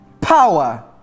power